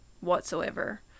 whatsoever